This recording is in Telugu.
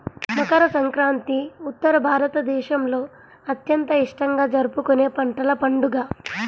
మకర సంక్రాంతి ఉత్తర భారతదేశంలో అత్యంత ఇష్టంగా జరుపుకునే పంటల పండుగ